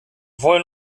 wollen